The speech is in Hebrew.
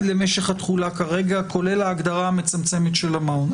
למשך התחולה כרגע, כולל ההגדרה המצמצמת של המעון.